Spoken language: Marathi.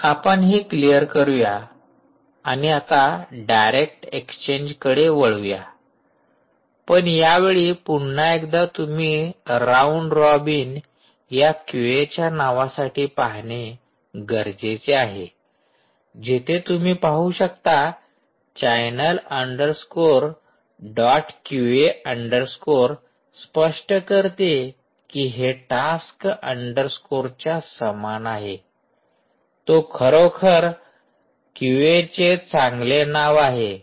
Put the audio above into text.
तर आपण हे क्लिअर करूया आणि आता डायरेक्ट एक्सचेंजकडे वळूया पण यावेळी पुन्हा एकदा तुम्ही राऊंड रॉबिन या क्यूएच्या नावासाठी पाहणे गरजेचे आहे जिथे तुम्ही पाहू शकता channel underscore dot QA underscore स्पष्ट करते की हे टास्क अंडरस्कोरच्या समान आहे तो खरोखर क्यूएचे चांगले नाव आहे